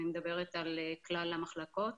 אני מדברת על כלל המחלקות